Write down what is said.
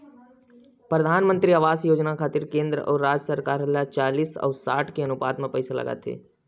परधानमंतरी आवास योजना खातिर केंद्र अउ राज सरकार ह चालिस अउ साठ के अनुपात म पइसा लगाथे